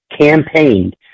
campaigned